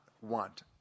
want